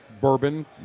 bourbon